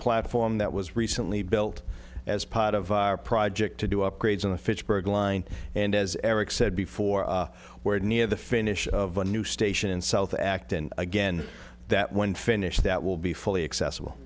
platform that was recently built as part of our project to do upgrades on the fitchburg line and as eric said before where near the finish of a new station in south acton again that when finished that will be fully accessible